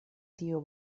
tio